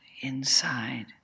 inside